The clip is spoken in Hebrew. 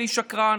"שקרן".